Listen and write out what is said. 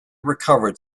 recovered